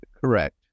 Correct